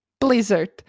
Blizzard